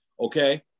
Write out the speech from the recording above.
okay